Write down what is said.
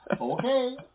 Okay